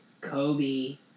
Kobe